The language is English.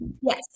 Yes